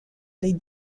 les